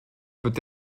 peut